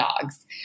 dogs